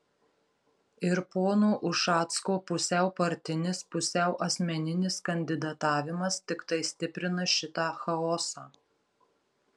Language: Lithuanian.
ir pono ušacko pusiau partinis pusiau asmeninis kandidatavimas tiktai stiprina šitą chaosą